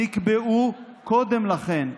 נקבעו קודם לכן,